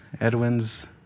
Edwin's